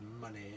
money